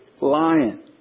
lion